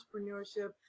entrepreneurship